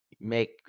make